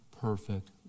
perfect